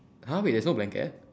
!huh! wait there's no blanket